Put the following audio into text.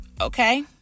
Okay